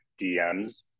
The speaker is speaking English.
DMS